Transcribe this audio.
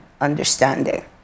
understanding